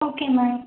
okay ma'am